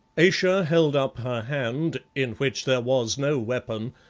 ayesha held up her hand, in which there was no weapon,